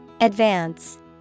Advance